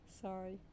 sorry